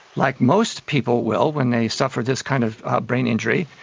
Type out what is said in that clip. like most people will when they suffer this kind of brain injury,